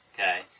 Okay